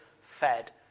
fed